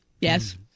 Yes